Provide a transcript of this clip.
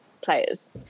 players